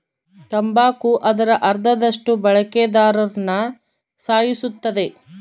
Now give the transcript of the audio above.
ತಂಬಾಕು ಅದರ ಅರ್ಧದಷ್ಟು ಬಳಕೆದಾರ್ರುನ ಸಾಯಿಸುತ್ತದೆ